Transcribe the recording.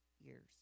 years